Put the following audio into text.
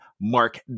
Mark